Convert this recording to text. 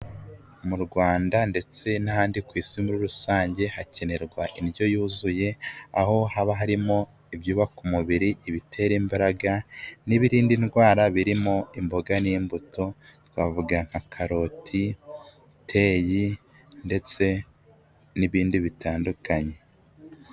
Mu Rwanda ndetse n'ahandi ku isi muri rusange hakenerwa indyo yuzuye aho haba harimo ibyubaka umubiri, ibitera imbaraga n'ibirinda indwara birimo imboga n'imbuto twavuga nka karoti teyi ndetse n'ibindi bitandukanye.